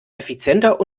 effizienter